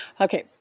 Okay